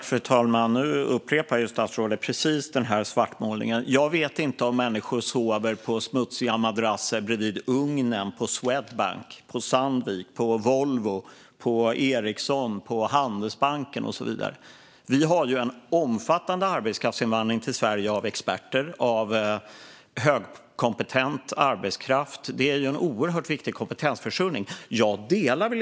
Fru talman! Nu upprepar statsrådet precis den svartmålningen. Jag vet inte om människor sover på smutsiga madrasser bredvid ugnen på Swedbank, Sandvik, Volvo, Ericsson, Handelsbanken och så vidare. Vi har en omfattande arbetskraftsinvandring till Sverige av experter och högkompetent arbetskraft. Det är en oerhört viktig kompetensförsörjning. Fru talman!